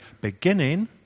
beginning